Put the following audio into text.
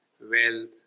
wealth